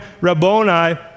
Rabboni